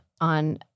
on